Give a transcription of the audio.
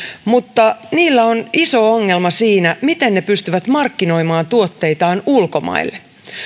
mutta niillä on iso ongelma siinä miten ne pystyvät markkinoimaan tuotteitaan ulkomaille